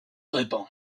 répand